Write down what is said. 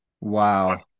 Wow